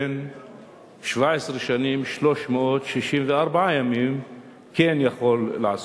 בן 17 שנים ו-364 ימים כן יכול לעסוק.